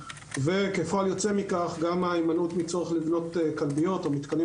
וכפועל יוצא מכך הימנעות מצורך לבנות כלביות או מתקנים